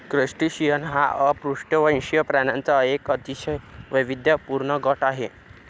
crustacean हा अपृष्ठवंशी प्राण्यांचा एक अतिशय वैविध्यपूर्ण गट आहे